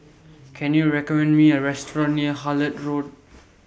Can YOU recommend Me A Restaurant near Hullet Road